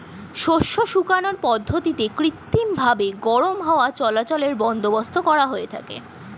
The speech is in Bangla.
শস্য শুকানোর পদ্ধতিতে কৃত্রিমভাবে গরম হাওয়া চলাচলের বন্দোবস্ত করা হয়ে থাকে